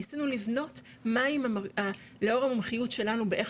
ניסינו לבנות לאור המומחיות שלנו באיך